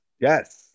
Yes